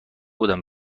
بودم